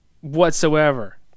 Whatsoever